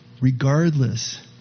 regardless